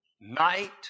Night